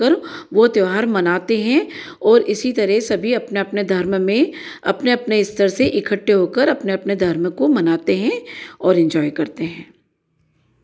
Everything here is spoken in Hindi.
वह त्योहार मनाते हैं और इसी तरेह सभी अपने अपने धर्म में अपने अपने स्तर से इकट्ठे होकर अपने अपने धर्म को मनाते हैं और इञ्जॉय करते हैं